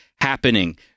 happening